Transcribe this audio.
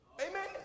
Amen